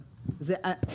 מה, זה לא נכון מה שהוא אומר?